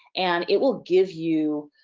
and it will give you,